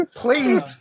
Please